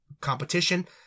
competition